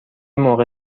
موقع